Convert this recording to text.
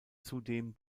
zudem